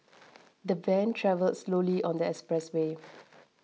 the van travelled slowly on the expressway